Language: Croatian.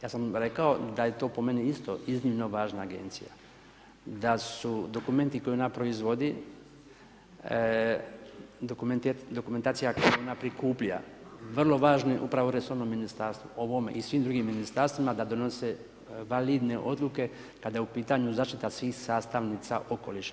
Ja sam rekao da je to po meni isto iznimno važna agencija, da su dokumenti koje ona proizvodi, dokumentacija koju ona prikuplja vrlo važni upravo resornom ministarstvu ovome i svim drugim ministarstvima da donose validne odluke kada je u pitanju zaštita svih sastavnica okoliša.